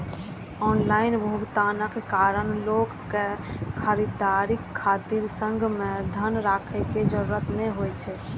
online भुगतानक कारण लोक कें खरीदारी खातिर संग मे धन राखै के जरूरत नै होइ छै